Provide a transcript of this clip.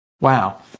Wow